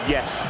Yes